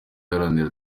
iharanira